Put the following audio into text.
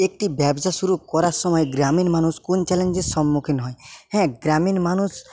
একটি ব্যবসা শুরু করার সময়ে গ্রামের মানুষ কোন চ্যালেঞ্জের সম্মুখীন হয় হ্যাঁ গ্রামের মানুষ